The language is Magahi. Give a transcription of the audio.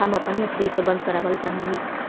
हम अपन एफ.डी के बंद करावल चाह ही